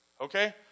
Okay